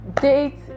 date